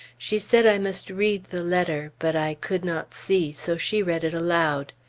she said i must read the letter but i could not see, so she read it aloud.